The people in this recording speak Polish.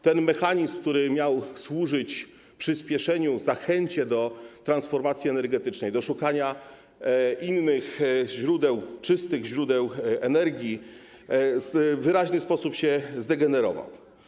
Ten mechanizm, który miał służyć przyspieszeniu, zachęceniu do transformacji energetycznej, do szukania innych źródeł, czystych źródeł energii, w wyraźny sposób się zdegenerował.